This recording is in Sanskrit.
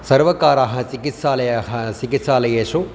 सर्वकारः चिकित्सालयः चिकित्सालयेषु